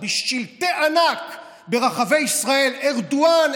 בשלטי ענק ברחבי ישראל: ארדואן,